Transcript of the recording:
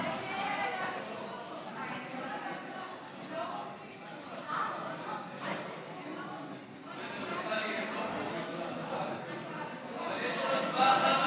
ההצעה שלא לכלול את הנושא בסדר-היום של הכנסת נתקבלה.